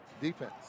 defense